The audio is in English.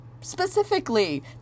specifically